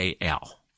AL